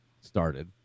started